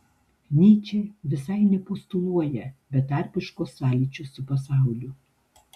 nyčė visai nepostuluoja betarpiško sąlyčio su pasauliu